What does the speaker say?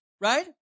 right